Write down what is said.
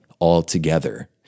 altogether